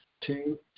two